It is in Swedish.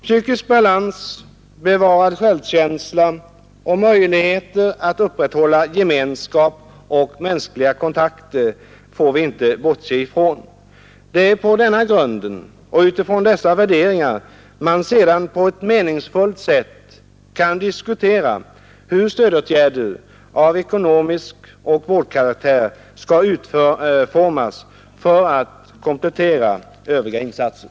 Psykisk balans, bevarad självkänsla och möjligheter att upprätthålla gemenskap och mänskliga kontakter får vi inte bortse från. Det är på denna grund och utifrån dessa värderingar man sedan på ett meningsfullt sätt kan diskutera hur stödåtgärder av ekonomisk karaktär och av vårdkaraktär skall utformas för att komplettera övriga insatser.